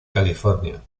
california